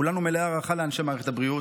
כולנו מלאי הערכה לאנשי מערכת הבריאות,